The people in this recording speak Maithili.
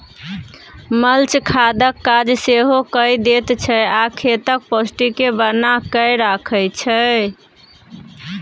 मल्च खादक काज सेहो कए दैत छै आ खेतक पौष्टिक केँ बना कय राखय छै